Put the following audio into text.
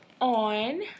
on